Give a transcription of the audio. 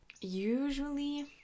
usually